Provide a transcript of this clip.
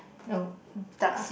no mm ah